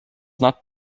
not